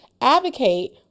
advocate